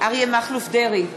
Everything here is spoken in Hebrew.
אריה מכלוף דרעי,